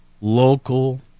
local